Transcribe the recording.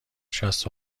شصت